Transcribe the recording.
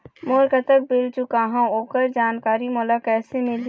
मोर कतक बिल चुकाहां ओकर जानकारी मोला कैसे मिलही?